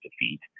defeat